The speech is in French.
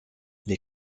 les